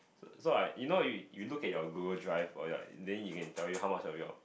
so I you know you you look at your Google Drive or like then you can tell you how much of your